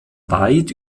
weit